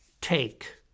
take